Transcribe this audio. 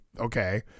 okay